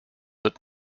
wird